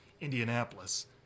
Indianapolis –